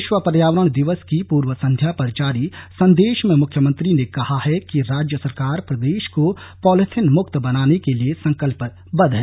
विश्व पर्यावरण दिवस की पूर्व संध्या पर जारी संदेश में मुख्यमंत्री ने कहा कि राज्य सरकार प्रदेश को पॉलिथीन मुक्त बनाने के लिए संकल्पबद्ध है